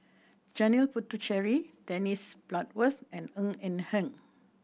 Janil Puthucheary Dennis Bloodworth and Ng Eng Hen